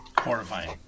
Horrifying